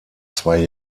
zwei